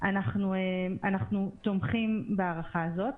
אנחנו תומכים בהארכה הנוכחית.